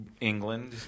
England